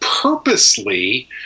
purposely